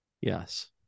yes